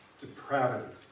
depravity